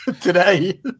today